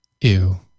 Ew